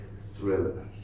thriller